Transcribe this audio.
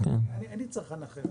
אין לי צרכן אחר,